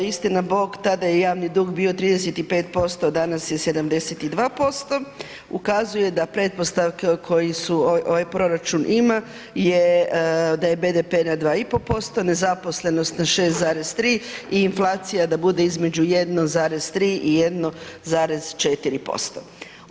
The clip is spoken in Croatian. Istina bog tada je javni dug bio 35%, danas je 72%, ukazuje da pretpostavke koji su ovaj proračun ima je da je BDP na 2,5%, nezaposlenost na 6,3 i inflacija da bude između 1,3 i 1,4%